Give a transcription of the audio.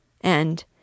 And